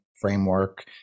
framework